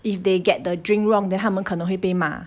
if they get the drink wrong then 他们可能会被骂